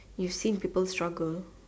you see people struggle